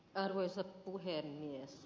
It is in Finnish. arvoisa rouva puhemies